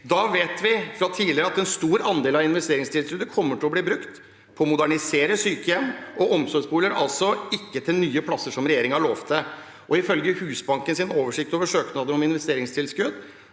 Da vet vi fra tidligere at en stor andel av investeringstilskuddet kommer til å bli brukt på å modernisere sykehjem og omsorgsboliger, altså ikke til nye plasser, som regjeringen lovte. Ifølge Husbankens oversikt over søknader om investeringstilskudd